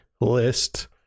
list